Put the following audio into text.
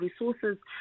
resources